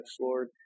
Lord